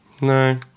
No